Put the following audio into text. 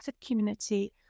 community